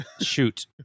shoot